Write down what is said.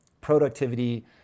productivity